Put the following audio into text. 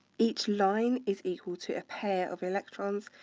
each line is equal to a pair of electrons.